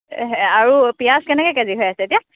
আৰু পিঁয়াজ কেনেকৈ কে জি হৈ আছে এতিয়া